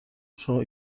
شما